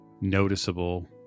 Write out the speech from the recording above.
noticeable